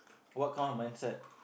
what kind of mindset